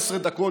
17 דקות,